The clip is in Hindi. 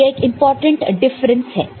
तो यह इंपॉर्टेंट डिफरेंस है